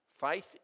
Faith